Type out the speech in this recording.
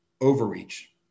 overreach